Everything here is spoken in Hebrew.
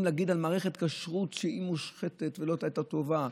להגיד על מערכת הכשרות שהיא מושחתת ולא הייתה טובה,